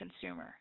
consumer